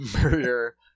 murder